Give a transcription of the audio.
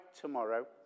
tomorrow